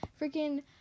freaking